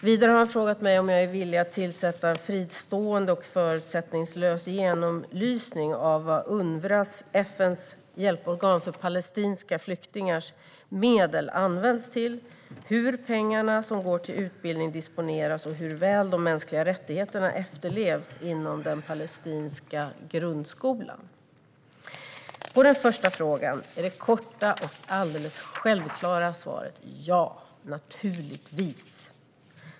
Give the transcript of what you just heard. Vidare har han frågat mig om jag är villig att tillsätta fristående och förutsättningslös genomlysning av vad Unrwas - FN:s hjälporgan för palestinska flyktingar - medel används till, hur pengarna som går till utbildning disponeras och hur väl de mänskliga rättigheterna efterlevs inom den palestinska grundskolan. På den första frågan är det korta och alldeles självklara svaret: Ja, naturligtvis.